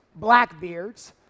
blackbeards